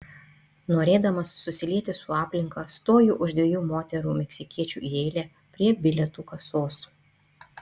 norėdamas susilieti su aplinka stoju už dviejų moterų meksikiečių į eilę prie bilietų kasos